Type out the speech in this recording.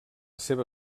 seva